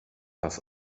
das